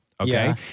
Okay